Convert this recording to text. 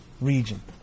region